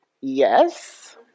yes